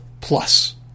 plus